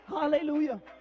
Hallelujah